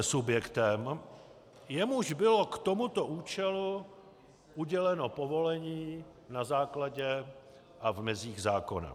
subjektem, jemuž bylo k tomuto účelu uděleno povolení na základě a v mezích zákona.